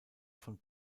von